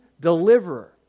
deliverer